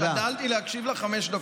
השתדלתי להקשיב לך חמש דקות.